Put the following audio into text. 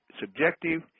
subjective